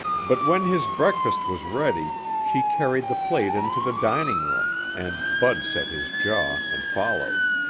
but when his breakfast was ready, she carried the plate into the dining room and bud set his jaw and followed.